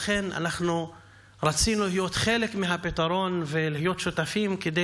לכן רצינו להיות חלק מהפתרון ולהיות שותפים כדי